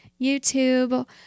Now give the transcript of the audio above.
YouTube